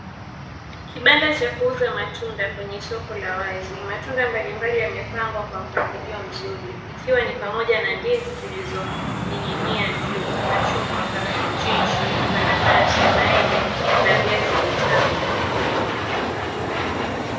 Kibanda cha kuuza matunda kwenye soko la wazi, matunda mbalimbali yamepangwa kwa mpangilio mzuri , ikiwa ni pamoja na ndizi zilizoning'inia ju machungwa, maparachichi, mananasi, maembe na viazi vitamu.